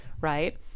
right